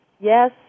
Yes